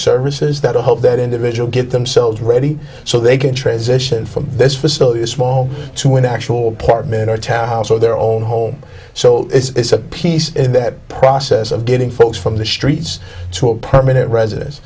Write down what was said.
services that i hope that individual get themselves ready so they can transition from this facility is small to an actual apartment or a townhouse or their own home so it's a piece of that process of getting folks from the streets to a permanent residen